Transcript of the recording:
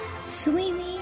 swimming